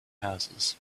houses